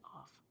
off